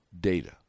data